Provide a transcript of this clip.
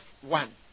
one